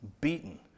beaten